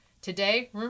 Today